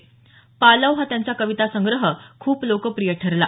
पालव हा त्यांचा कवितासंग्रह खूप लोकप्रिय ठरला